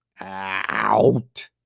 Out